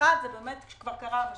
אחד זה שכבר קרה המשבר,